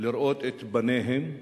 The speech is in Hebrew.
לראות את בניהן,